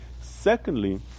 Secondly